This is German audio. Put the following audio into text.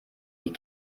die